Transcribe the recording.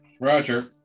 roger